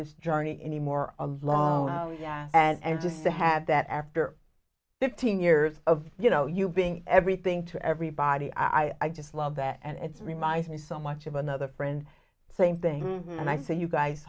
this journey anymore a lot and just to have that after fifteen years of you know you being everything to everybody i just love that and it's reminds me so much of another friend same thing and i said you guys